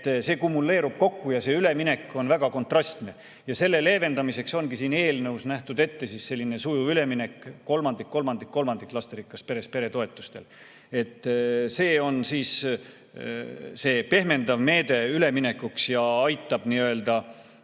See kumuleerub ja üleminek on väga kontrastne. Selle leevendamiseks ongi siin eelnõus nähtud ette selline sujuv üleminek: kolmandik-kolmandik-kolmandik lasterikkas peres peretoetustele. See on pehmendav meede üleminekuks ja aitab kaasa